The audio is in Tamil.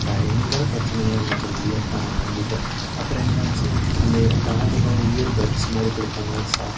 பயங்கர பிரச்சனையாக இருந்துச்சு அந்த இயர் ஃபோன் வாங்கிட்டு அப்பறம் என்ன ஆச்சு அந்த காதில் இயர் பட்ஸ் மாதிரி கொடுப்பாங்கல்ல சாஃப்டாக